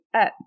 up